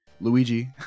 Luigi